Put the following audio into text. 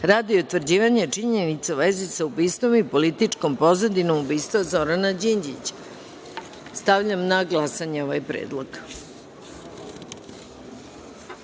radi utvrđivanja činjenica u vezi sa ubistvom i političkom pozadinom ubistva Zorana Đinđića. Stavljam na glasanje ovaj